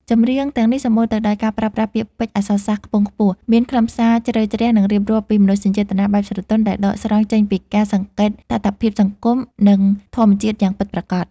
ចម្រៀងទាំងនេះសម្បូរទៅដោយការប្រើប្រាស់ពាក្យពេចន៍អក្សរសាស្ត្រខ្ពង់ខ្ពស់ មានខ្លឹមសារជ្រៅជ្រះ និងរៀបរាប់ពីមនោសញ្ចេតនាបែបស្រទន់ដែលដកស្រង់ចេញពីការសង្កេតតថភាពសង្គម និងធម្មជាតិយ៉ាងពិតប្រាកដ។